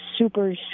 super